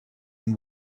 and